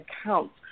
accounts